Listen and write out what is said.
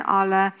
ale